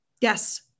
Yes